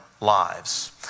lives